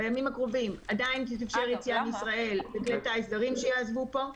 בימים הקרובים עדיין תתאפשר יציאה מישראל בכלי טיס זרים שיעזבו פה,